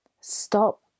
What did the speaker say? stop